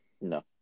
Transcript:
no